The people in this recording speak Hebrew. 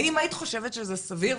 האם היית חושבת שזה סביר?